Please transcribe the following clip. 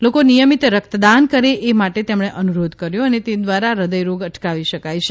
લોકો નિયમિત રકતદાન કરે એ માટે તેમણે નુરોધ કર્યો ને તે ધ્વારા હૃદયરોગ ા ટકાવી શકાય છે